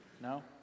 No